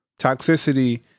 toxicity